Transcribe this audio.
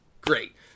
Great